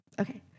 Okay